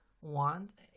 want